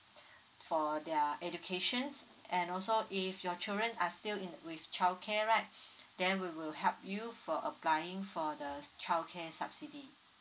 for their educations and also if your children are still in with childcare right then we will help you for applying for the childcare subsidy